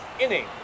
inning